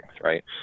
right